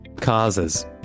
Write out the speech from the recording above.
Causes